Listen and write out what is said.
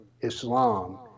Islam